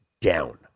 down